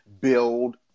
build